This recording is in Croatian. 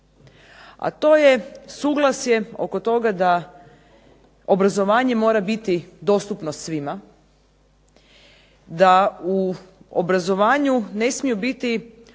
a to je suglasje oko toga da obrazovanje mora biti dostupno svima, da u obrazovanju ne smiju biti